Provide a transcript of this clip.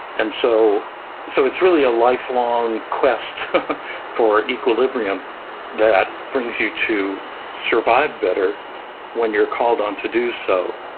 and so so it's really a life-long quest for equilibrium that brings you to survive better when you're called on to do so.